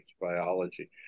biology